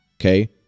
okay